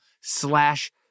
slash